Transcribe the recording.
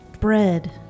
Bread